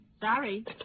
Sorry